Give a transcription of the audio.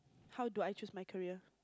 how do I choose my career